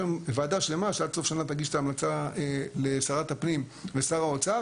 יש היום ועדה שלמה שעד סוף השנה תגיש את ההמלצה לשרת הפנים ולשר האוצר,